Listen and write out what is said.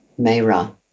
Mayra